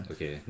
Okay